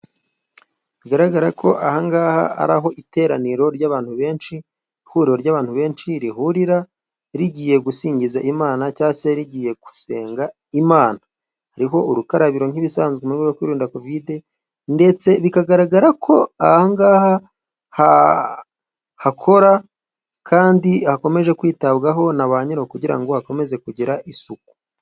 Bigaragara ko aha ngaha ari aho iteraniro ry'abantu benshi, ihuriro ry'abantu benshi rihurira ,rigiye gusingiza Imana ,cyangwa se rigiye gusenga Imana ,hariho urukarabiro nk'ibisanzwe mu rwego rwo kwirinda kovide, ndetse bikagaragara ko aha ngaha hakora kandi hakomeje kwitabwaho na ba nyiraho kugira ngo hakomeze kugira isuku.